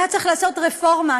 היה צריך לעשות רפורמה.